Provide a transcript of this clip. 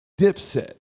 Dipset